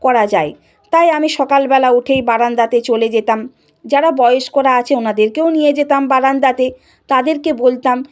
করা যায় তাই আমি সকালবেলা উঠেই বারান্দাতে চলে যেতাম যারা বয়স্করা আছে ওনাদেরকেও নিয়ে যেতাম বারান্দাতে তাদেরকে বলতাম